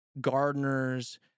gardeners